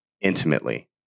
intimately